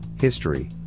history